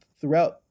throughout